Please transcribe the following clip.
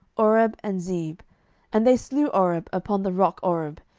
oreb and zeeb and they slew oreb upon the rock oreb,